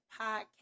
Podcast